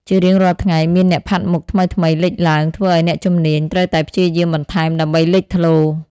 ជារៀងរាល់ថ្ងៃមានអ្នកផាត់មុខថ្មីៗលេចឡើង ធ្វើឱ្យអ្នកជំនាញត្រូវតែព្យាយាមបន្ថែមដើម្បីលេចធ្លោ។